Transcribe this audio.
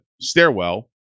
stairwell